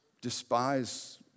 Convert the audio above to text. despise